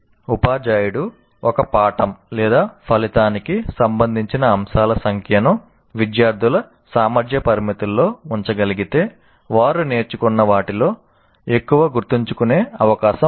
ఉపాధ్యాయుడు ఒక పాఠం ఫలితానికి సంబంధించిన అంశాల సంఖ్యను విద్యార్థుల సామర్థ్య పరిమితుల్లో ఉంచగలిగితే వారు నేర్చుకున్న వాటిలో ఎక్కువ గుర్తుంచుకునే అవకాశం ఉంది